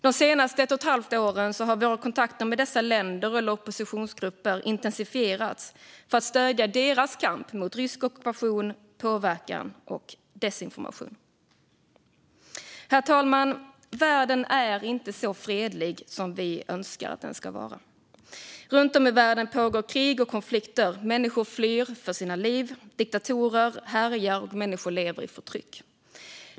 De senaste ett och ett halvt åren har våra kontakter med dessa länder, eller oppositionsgrupper, intensifierats för att stödja deras kamp mot rysk ockupation, påverkan och desinformation. Herr talman! Världen är inte så fredlig som vi önskar att den ska vara. Runt om i världen pågår krig och konflikter. Människor flyr för sina liv, diktatorer härjar och människor lever i förtryck.